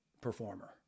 performer